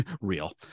real